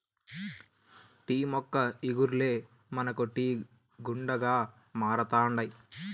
tea మొక్క ఇగుర్లే మనకు టీ గుండగా మారుతండాయి